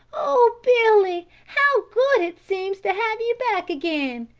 oh! billy, how good it seems to have you back again.